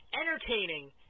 entertaining